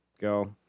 go